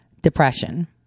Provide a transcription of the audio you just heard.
depression